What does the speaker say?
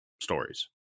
stories